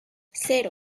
cero